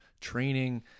training